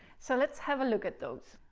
so let's have a look at those.